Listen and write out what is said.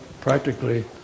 practically